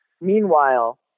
Meanwhile